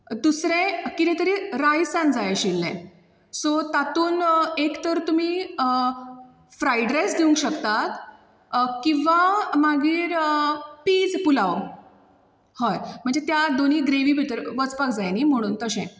दुसरें कितें तरी रायसान जाय आशिल्लें सो तातूंत एक तर तुमी फ्रायड रायस दिवंक शकतात किंवां मागीर पीज पुलाव हय म्हणजे त्या दोनी ग्रेवी भितर वचपाक जाय नी म्हणून तशें